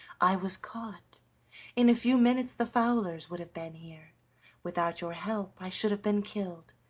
i was caught in a few minutes the fowlers would have been here without your help i should have been killed.